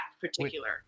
particular